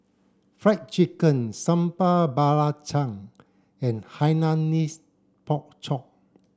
fried chicken Sambal Belacan and Hainanese pork chop